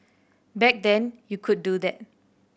back then you could do that